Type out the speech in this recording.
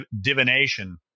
divination